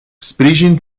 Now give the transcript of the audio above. sprijin